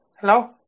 Hello